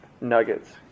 nuggets